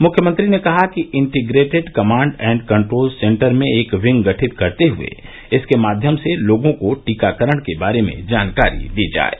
मुख्यमंत्री ने कहा कि integrated command and control centre में एक विंग गठित करते हुए इसके माध्यम से लोगों को टीकाकरण के बारे में जानकारी दी जाये